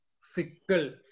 Fickle